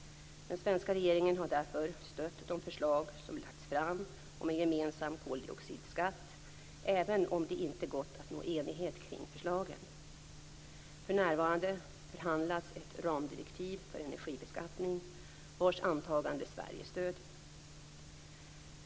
Den svenska regeringen har därför stött de förslag som lagts fram om en gemensam koldioxidskatt, även om det inte har gått att nå enighet kring förslagen. För närvarande förhandlas ett ramdirektiv för energibeskattning vars antagande Sverige stöder.